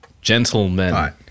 Gentlemen